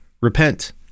Repent